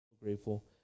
Grateful